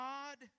God